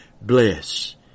Bless